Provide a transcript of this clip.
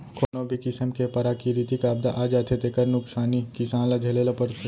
कोनो भी किसम के पराकिरितिक आपदा आ जाथे तेखर नुकसानी किसान ल झेले ल परथे